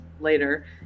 later